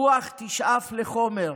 רוח תשאף לחומר,